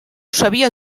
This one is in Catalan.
sabia